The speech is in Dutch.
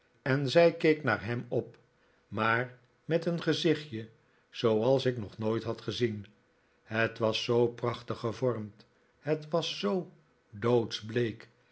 en zij keek naar hem op maar met een gezichtje zooals ik nog nooit had gezien het was zoo prachtig gevormd het was zoo